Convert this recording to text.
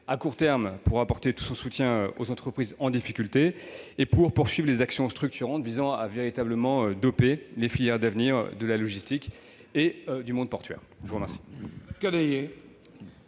à court terme, pour apporter tout son soutien aux entreprises en difficulté, et, à long terme, pour poursuivre les actions structurantes visant à véritablement doper les filières d'avenir de la logistique et du monde portuaire. La parole